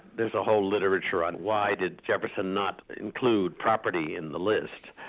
there's a whole literature on why did jefferson not include property in the list,